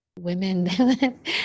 women